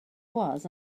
was